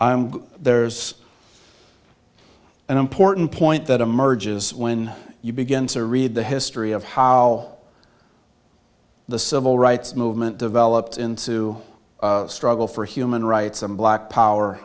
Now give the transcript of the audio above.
there's an important point that emerges when you begin to read the history of how the civil rights movement developed into a struggle for human rights and black power